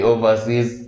Overseas